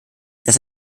dass